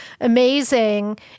amazing